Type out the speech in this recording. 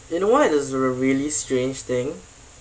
you know what is the really strange thing